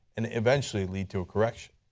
and it eventually led to a correction.